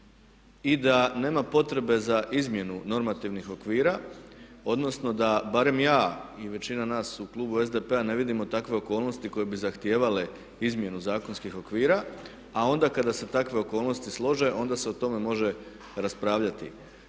i da nema potrebe za izmjenu normativnih okvira, odnosno da barem ja i većina nas u klubu SDP-a ne vidimo takve okolnosti koje bi zahtijevale izmjenu zakonskih okvira. A onda kada se takve okolnosti slože, onda se o tome može raspravljati.